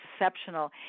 exceptional